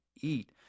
eat